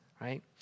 right